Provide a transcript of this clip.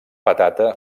patata